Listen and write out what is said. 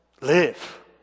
live